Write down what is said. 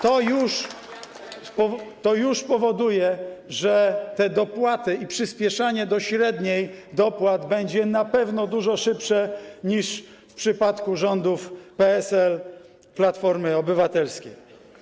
To już powoduje, że te dopłaty, przyspieszanie wzrostu do średniej dopłat będzie na pewno dużo szybsze niż w przypadku rządów PSL - Platformy Obywatelskiej.